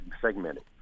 segmented